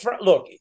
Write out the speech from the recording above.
look